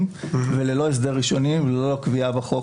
וללא הסדר ראשוני וללא קביעה בחוק.